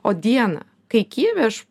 o dieną kai kijeve aš